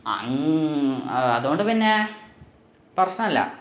അങ്ങ് അതു കൊണ്ട് പിന്നെ പ്രശ്നമില്ല